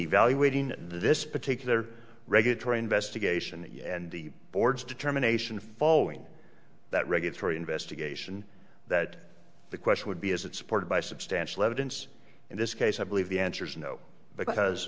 evaluating this particular regulatory investigation and the board's determination following that regulatory investigation that the question would be is it supported by substantial evidence in this case i believe the answer is no because